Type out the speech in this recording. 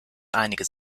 einige